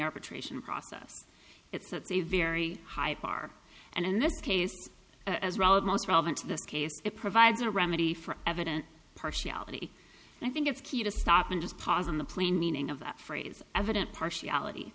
arbitration process it's a very high par and in this case as well of most relevant to this case it provides a remedy for evidence partiality and i think it's key to stop and just pozen the plain meaning of that phrase evident partiality